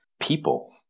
people